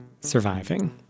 surviving